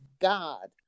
God